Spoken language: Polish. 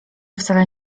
wcale